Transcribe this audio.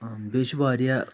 بیٚیہِ چھُ واریاہ